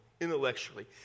intellectually